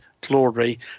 glory